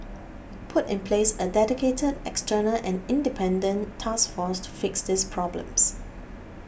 put in place a dedicated external and independent task force to fix these problems